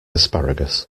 asparagus